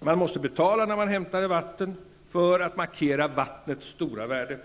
Man måste betala när man hämtade vatten, för att markera vattnets stora värde.